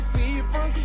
people